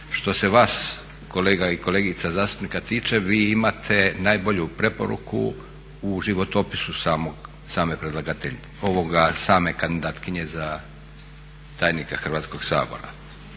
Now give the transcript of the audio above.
što se vas kolega i kolegica zastupnika tiče, vi imate najbolju preporuku u životopisu same kandidatkinje za tajnika Hrvatskoga sabora.